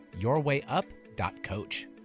yourwayup.coach